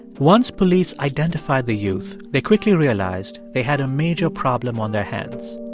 once police identified the youth, they quickly realized they had a major problem on their hands.